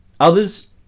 Others